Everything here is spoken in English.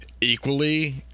equally